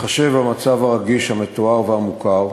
בהתחשב במצב הרגיש המתואר והמוכר,